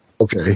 Okay